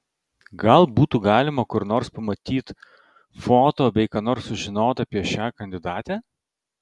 gal butų galima kur nors pamatyt foto bei ką nors sužinot apie šią kandidatę